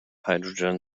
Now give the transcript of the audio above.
hydrogen